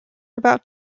about